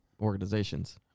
organizations